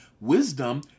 wisdom